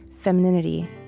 femininity